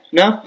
no